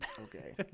Okay